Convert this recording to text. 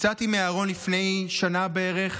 יצאתי מהארון לפני שנה בערך.